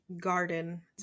garden